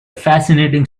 fascinating